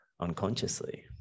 unconsciously